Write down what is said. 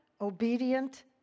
obedient